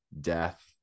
death